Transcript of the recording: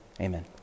amen